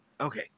Okay